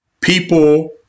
People